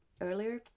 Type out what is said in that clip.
earlier